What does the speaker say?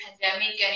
pandemic